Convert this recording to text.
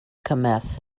cometh